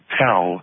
tell